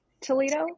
toledo